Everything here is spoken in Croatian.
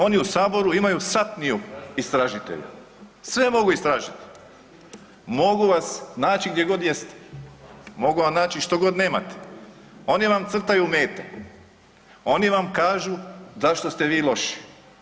Oni u Saboru imaju satniju istražitelja, sve mogu istražiti, mogu vas naći gdje god jeste, mogu vam naći što god nemate, oni vam crtaju mete, oni vam kažu zašto ste vi loši.